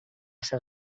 ser